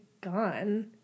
gone